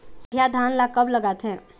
सठिया धान ला कब लगाथें?